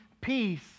peace